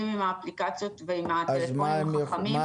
עם האפליקציות ועם הטלפונים החכמים,